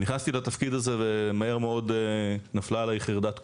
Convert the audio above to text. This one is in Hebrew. (הצגת מצגת) נכנסתי לתפקיד הזה ומהר מאוד נפלה עליי חרדת קודש,